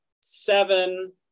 seven